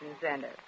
center